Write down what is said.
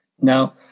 Now